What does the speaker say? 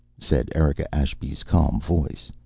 said erika ashby's calm voice.